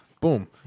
Boom